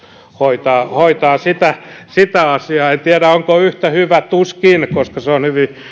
hoitaa hoitaa sitä asiaa en tiedä onko yhtä hyvä tuskin koska se on hyvin